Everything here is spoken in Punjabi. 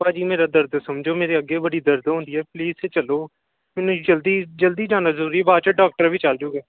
ਭਾਅ ਜੀ ਮੇਰਾ ਦਰਦ ਸਮਝੋ ਮੇਰੇ ਅੱਗੇ ਬੜੀ ਦਰਦ ਹੋਣ ਦੀ ਏ ਪਲੀਜ਼ ਚਲੋ ਨਹੀਂ ਜਲਦੀ ਜਲਦੀ ਜਾਣਾ ਜ਼ਰੂਰੀ ਏ ਬਾਅਦ 'ਚ ਡਾਕਟਰ ਵੀ ਚਲਾ ਜੂਗਾ